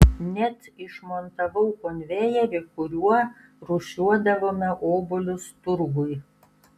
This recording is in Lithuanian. net išmontavau konvejerį kuriuo rūšiuodavome obuolius turgui